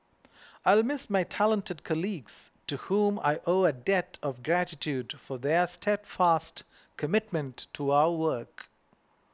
I'll miss my talented colleagues to whom I owe a debt of gratitude for their steadfast commitment to our work